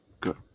good